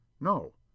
No